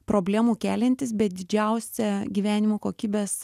problemų keliantys bet didžiausią gyvenimo kokybės